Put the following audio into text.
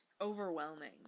overwhelming